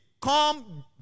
Come